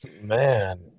man